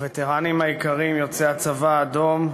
הווטרנים היקרים, יוצאי הצבא האדום,